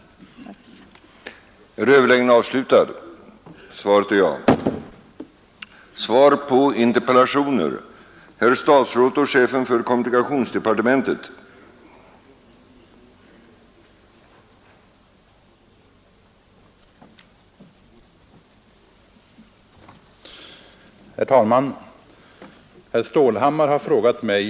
Arbetarskyddet är viktigast.